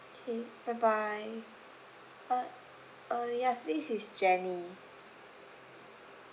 okay bye bye uh uh yes this is jenny